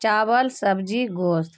چاول سبزی گوشت